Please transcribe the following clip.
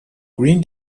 green